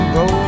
go